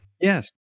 Yes